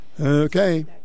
Okay